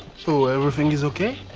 so everything is okay?